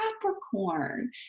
Capricorn